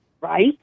Right